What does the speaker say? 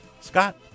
Scott